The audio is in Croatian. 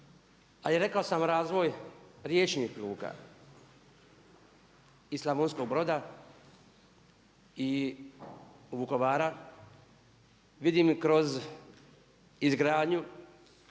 a i rekao sam razvoj riječnih luka i Slavonskog Broda i Vukovara vidim kroz izgradnju